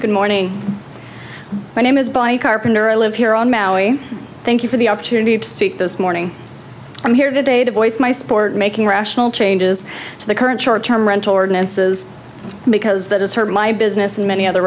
good morning my name is by carpenter i live here on maui thank you for the opportunity to speak this morning i'm here today to voice my sport making rational changes to the current short term rental ordinances because that has hurt my business and many other